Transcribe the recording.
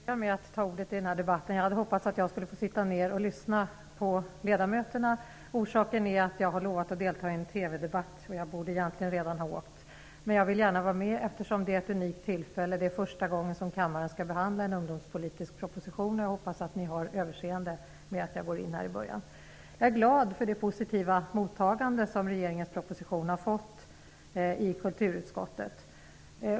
Herr talman! Jag beklagar att jag börjar med att ta ordet i denna debatt. Jag hade hoppats att jag skulle få sitta ner och lyssna på ledamöterna. Orsaken är att jag har lovat att delta i en TV debatt. Jag borde egentligen redan ha åkt, men jag vill gärna vara med i den här debatten. Detta är nämligen ett unikt tillfälle; det är första gången som kammaren behandlar en ungdomspolitisk proposition. Jag hoppas att ni har överseende med att jag börjar. Jag är glad för det positiva mottagande som regeringens proposition har fått i kulturutskottet.